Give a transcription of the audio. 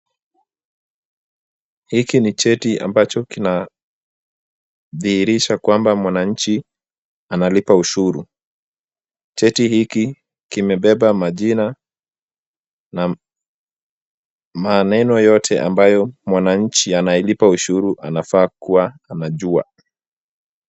Hiki ni cheti ambacho kinadhihirisha kwamba mwananchi analipa ushuru. Cheti hiki kimebeba majina na maneno yote ambayo mwananchi anayelipa ushuru anafaa kuwa anajua.